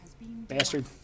Bastard